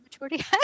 maturity